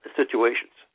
situations